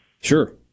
Sure